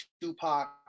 Tupac